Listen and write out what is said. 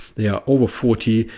they are over forty,